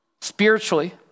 Spiritually